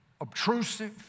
obtrusive